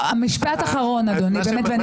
רגע.